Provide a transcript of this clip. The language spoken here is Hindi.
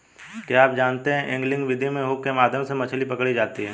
क्या आप जानते है एंगलिंग विधि में हुक के माध्यम से मछली पकड़ी जाती है